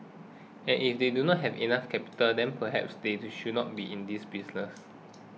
and if they don't have enough capital then perhaps they should not be in this business